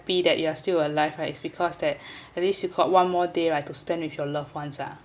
happy that you are still alive right is because that at least you got one more day right to spend with your loved ones ah